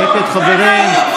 שקט, חברים.